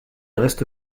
reste